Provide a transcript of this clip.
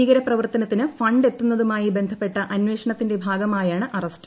ഭീകര പ്രവർത്തനത്തിന് ഫണ്ട് എത്തുന്നതുമായി ബന്ധപ്പെട്ട അന്വേഷണത്തിന്റെ ഭാഗമായാണ് അറസ്റ്റ്